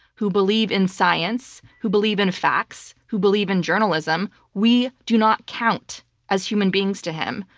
who believe in science, who believe in facts, who believe in journalism, we do not count as human beings to him.